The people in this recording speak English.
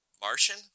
Martian